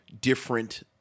different